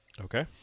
Okay